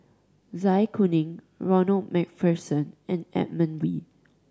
Zai Kuning Ronald Macpherson and Edmund Wee